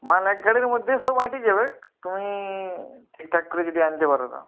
মাল এক গাড়ির মধ্যেই সব এঁটে যাবে তুমি ঠিকঠাক করে যদি আনতে পারো তো